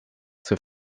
zur